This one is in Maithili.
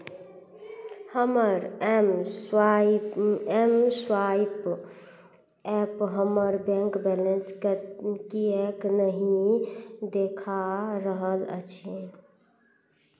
हमर mSwipe mSwipe app हमर बैंक बैलेंसकेँ किएक नहि देखा रहल अछि